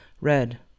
Red